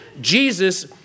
Jesus